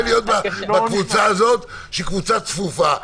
חשוב מאוד להגיש שצריכה להיות הנגשה שפתית,